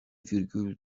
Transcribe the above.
virgül